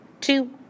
two